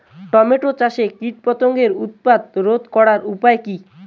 Tomato চাষে কীটপতঙ্গের উৎপাত রোধ করার উপায় কী?